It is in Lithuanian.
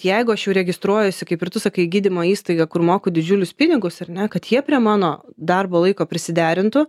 jeigu aš jau registruojasi kaip ir tu sakai į gydymo įstaiga kur moku didžiulius pinigus ar ne kad jie prie mano darbo laiko prisiderintų